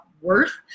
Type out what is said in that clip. worth